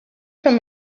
from